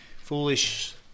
foolish